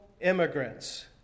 immigrants